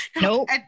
nope